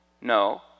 No